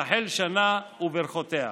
תחל שנה וברכותיה.